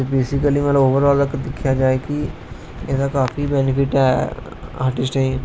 ते बेसीकली मतलब ओवरआल दिक्खेआ जाए कि एहदा काफी बेनीफिट ऐ आर्टिस्टे गी